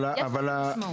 יש לזה משמעות.